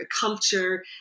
culture